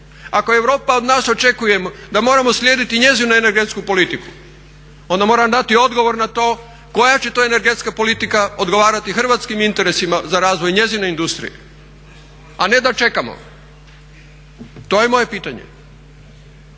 Ako Europa od nas očekuje da moramo slijediti njezinu energetsku politiku onda mora dati odgovor na to koja će to energetska politika odgovarati hrvatskih interesima za razvoj njezine industrije a ne da čekamo. To je moje pitanje.